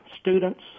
students –